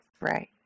Right